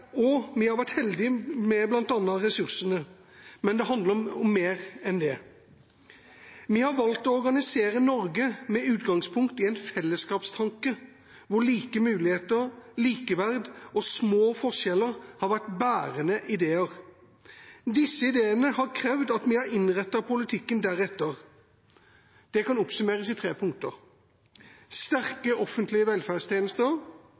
og vi har vært heldige, bl.a. med ressursene, men det handler om mer enn det. Vi har valgt å organisere Norge med utgangspunkt i en fellesskapstanke, hvor like muligheter, likeverd og små forskjeller har vært bærende ideer. Disse ideene har krevd at vi har innrettet politikken deretter. Det kan oppsummeres i tre punkter: sterke offentlige velferdstjenester,